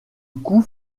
coût